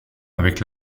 avec